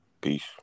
Peace